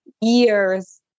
years